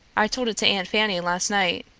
i told it to aunt fanny last night.